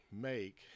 make